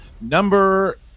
number